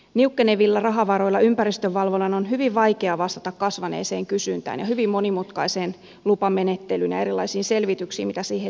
niukkenevilla rahavaroilla ympäristönvalvonnan on hyvin vaikea vastata kasvaneeseen kysyntään ja hyvin monimutkaiseen lupamenettelyyn ja erilaisiin selvityksiin mitä siihen liittyy